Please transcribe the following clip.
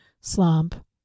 slump